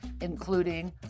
including